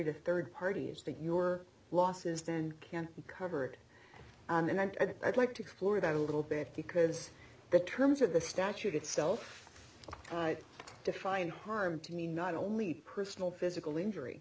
to third party is that your losses then can be covered and i think i'd like to explore that a little bit because the terms of the statute itself define harm to me not only personal physical injury